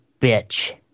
bitch